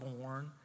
born